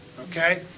okay